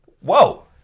Whoa